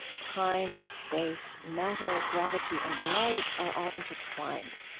time, space, matter, gravity and light are all intertwined.